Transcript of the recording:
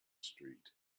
street